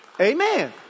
Amen